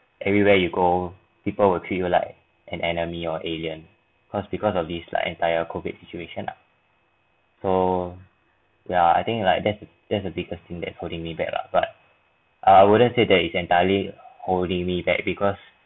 everywhere you go people will treat you like an enemy or alien cause because the this like entire COVID situation lah so ya I think like that's the that's the biggest thing that holding me back lah but I wouldn't say that is entirely holding me back because